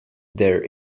their